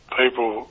people